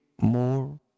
more